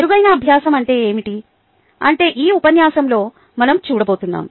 మెరుగైన అభ్యాసం అంటే ఏమిటి అంటే ఈ ఉపన్యాసంలో మనం చూడబోతున్నాం